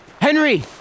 Henry